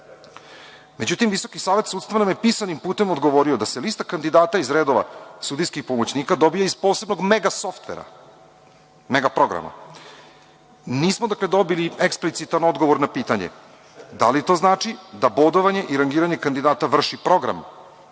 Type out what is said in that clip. odluka.Međutim, Visoki savet sudstva nam je pisanim putem odgovorio da se lista kandidata iz redova sudijskih pomoćnika dobija iz posebnog megasoftvera, mega-programa. Nismo, dakle, dobili eksplicitan odgovor na pitanje - da li to znači da bodovanje i rangiranje kandidata vrši program